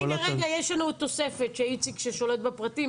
הנה, רגע, יש לנו תוספת של איציק ששולט בפרטים.